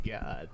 god